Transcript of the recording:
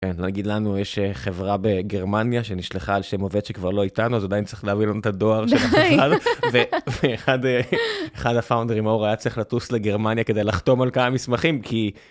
נגיד לנו יש חברה בגרמניה שנשלחה על שם עובד שכבר לא איתנו אז הוא עדיין צריך להביא לנו את הדואר של החברה הזו, ואחד הפאונדרים, מאור, צריך לטוס לגרמניה כדי לחתום על כמה מסמכים כי.